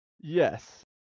Yes